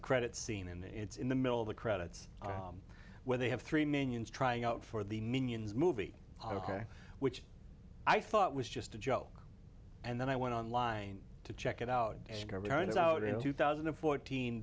a credit scene and it's in the middle of the credits where they have three minions trying out for the minions movie on a car which i thought was just a joke and then i went online to check it out and current is out in two thousand and fourteen